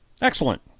Excellent